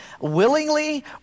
willingly